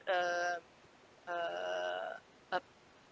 err err uh